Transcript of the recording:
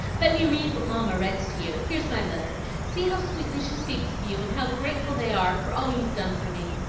let me read what mamma writes to you. here's my letter see how sweetly she speaks of you, and how grateful they are for all you've done for me.